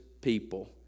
people